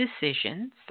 decisions